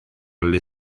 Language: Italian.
alle